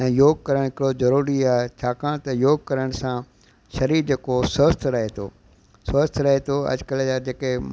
ऐं योग करण हिकिड़ो ज़रूरी आहे छाकाणि त योग करण सां शरीर जेको स्वस्थ रहे थो स्वस्थ रहे थो अॼुकल्ह जा जेके